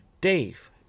Dave